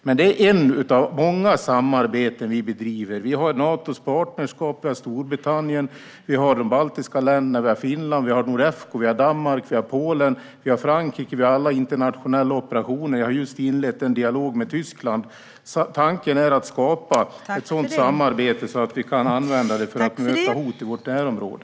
Men det är bara ett av många samarbeten vi bedriver: Vi har Natos partnerskap, Storbritannien, de baltiska länderna, Finland, Nordefco, Danmark, Polen, Frankrike och alla internationella operationer. Jag har just inlett en dialog med Tyskland. Tanken är att skapa ett sådant samarbete som vi kan använda för att möta hot i vårt närområde.